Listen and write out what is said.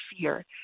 fear